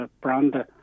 brand